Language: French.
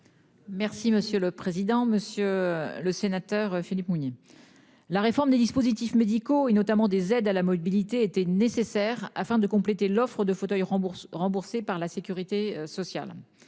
Merci monsieur le président, monsieur le sénateur Philippe mouiller. La réforme des dispositifs médicaux, et notamment des aides à la mobilité était nécessaire afin de compléter l'offre de fauteuils rembourse remboursé par la Sécurité sociale.